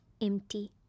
empty